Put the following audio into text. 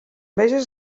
veges